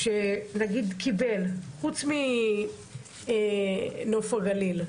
חוץ מנוף הגליל,